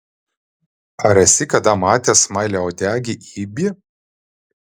ar esi kada matęs smailiauodegį ibį